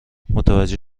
متوجه